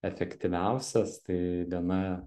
efektyviausias tai viena